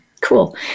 cool